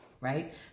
right